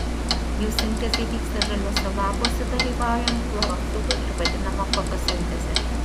jų sintezė vyksta žaliuose lapuose dalyvaujant chlorofilui ir vadinama fotosinteze